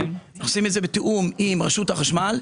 אנחנו עושים את זה בתיאום עם רשות החשמל.